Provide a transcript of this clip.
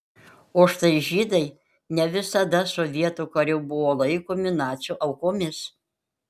o štai žydai ne visada sovietų karių buvo laikomi nacių aukomis